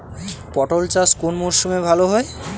পটল চাষ কোন মরশুমে ভাল হয়?